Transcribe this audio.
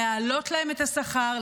להעלות להם את השכר,